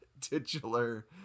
titular